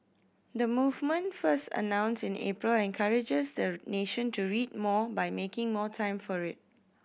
the movement first announce in April encourages the nation to read more by making more time for it